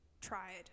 tried